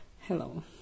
Hello